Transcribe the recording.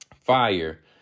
fire